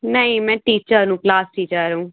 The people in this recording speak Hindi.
नहीं मैं टीचर हूँ क्लास टीचर हूँ